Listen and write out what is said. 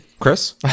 Chris